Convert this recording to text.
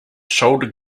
shoulder